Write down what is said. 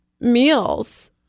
meals